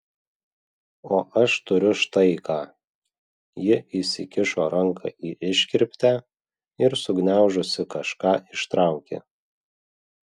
o aš turiu štai ką ji įsikišo ranką į iškirptę ir sugniaužusi kažką ištraukė